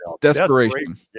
Desperation